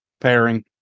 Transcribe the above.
pairing